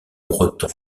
breton